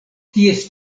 ties